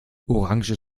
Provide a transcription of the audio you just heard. orange